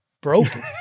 broken